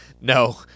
no